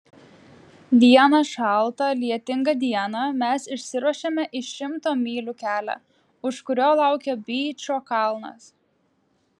vieną šaltą lietingą dieną mes išsiruošėme į šimto mylių kelią už kurio laukė byčo kalnas